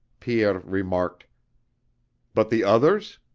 pierre remarked but the others?